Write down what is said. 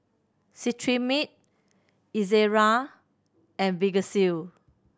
Cetrimide Ezerra and Vagisil